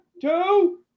two